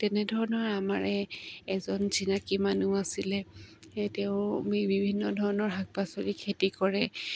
তেনেধৰণৰ আমাৰ এজন চিনাকী মানুহ আছিলে তেওঁ আমি বিভিন্ন ধৰণৰ শাক পাচলি খেতি কৰে